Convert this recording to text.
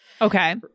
Okay